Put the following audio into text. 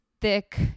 thick